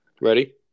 Ready